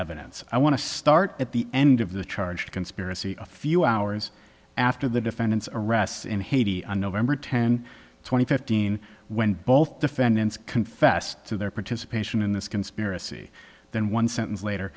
evidence i want to start at the end of the charge conspiracy a few hours after the defendant's arrest in haiti on november ten twenty fifteen when both defendants confessed to their participation in this conspiracy then one sentence later